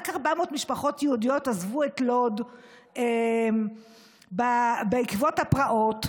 רק 400 משפחות יהודיות עזבו את לוד בעקבות הפרעות,